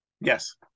Yes